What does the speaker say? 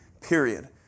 Period